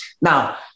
Now